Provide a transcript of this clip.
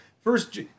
First